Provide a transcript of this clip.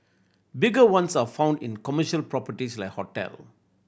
bigger ones are found in commercial properties like hotel